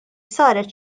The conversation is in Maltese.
saret